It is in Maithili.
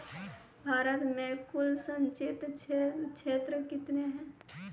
भारत मे कुल संचित क्षेत्र कितने हैं?